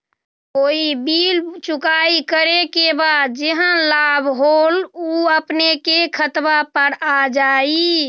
कोई बिल चुकाई करे के बाद जेहन लाभ होल उ अपने खाता पर आ जाई?